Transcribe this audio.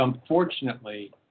unfortunately